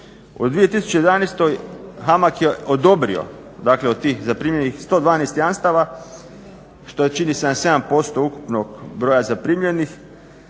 U 2011. HAMAG je odobrio od tih zaprimljenih 112 jamstava što čini 77% ukupnog broja zaprimljenih